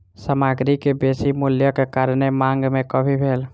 सामग्री के बेसी मूल्यक कारणेँ मांग में कमी भेल